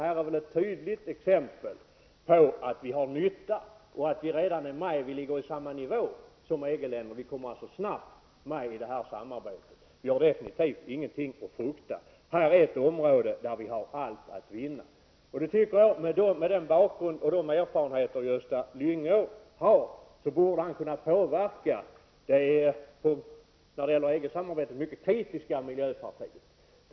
Här har vi ett tydligt exempel på att vi har nytta av ett samarbete. Vi ligger på samma nivå som EG-länderna, och vi kommer snabbt med i samarbete. Vi har alldeles avgjort ingenting att frukta, utan det här är ett område där vi har allt att vinna. Med den bakgrund och de erfarenheter som Gösta Lyngå har tycker jag att han borde kunna påverka det när det gäller EG-samarbetet mycket kritiska miljöpartiet.